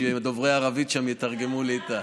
שדוברי ערבית שם יתרגמו לי את,